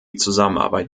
zusammenarbeit